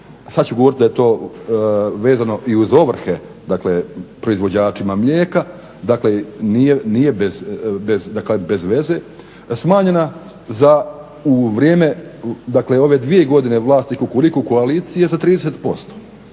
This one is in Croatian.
Sad ću govorit da je to vezano i uz ovrhe proizvođačima mlijeka. Dakle nije bez veze smanjena za u vrijeme dakle ove dvije godine vlasti Kukuriku koalicije za 30%